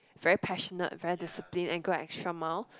very passionate very discipline and go extra mile